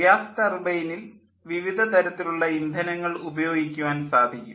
gas ടർബൈനിൽ വിവിധ തരത്തിലുള്ള ഇന്ധനങ്ങൾ ഉപയോഗിക്കുവാൻ സാധിക്കും